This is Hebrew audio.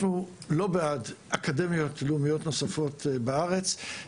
אנחנו לא בעד אקדמיות לאומיות נוספות בארץ.